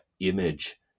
image